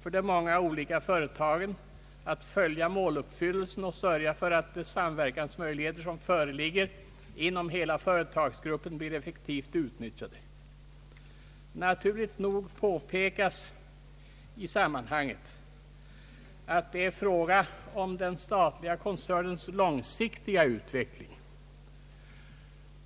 för de många olika företagen, att följa måluppfyllelsen och att sörja för att de samverkansmöjligheter som före ligger inom hela företagsgruppen blir effektivt utnyttjade.» Naturligt nog påpekas i sammanhanget att det är en fråga om den statliga koncernens långsiktiga utveckling.